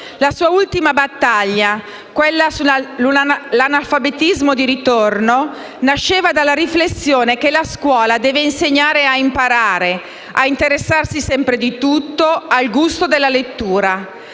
La sua ultima battaglia, quella sull'analfabetismo di ritorno, nasceva dalla riflessione che la scuola deve insegnare a imparare, a interessarsi sempre di tutto, al gusto della lettura.